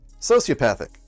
Sociopathic